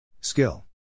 Skill